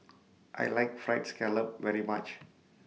I like Fried Scallop very much